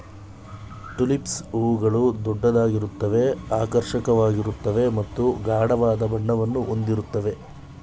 tulips ಹೂಗಳು ದೊಡ್ಡದಾಗಿರುತ್ವೆ ಆಕರ್ಷಕವಾಗಿರ್ತವೆ ಮತ್ತು ಗಾಢವಾದ ಬಣ್ಣವನ್ನು ಹೊಂದಿರುತ್ವೆ